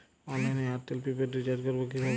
অনলাইনে এয়ারটেলে prepaid recharge করবো কিভাবে?